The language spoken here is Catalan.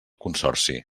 consorci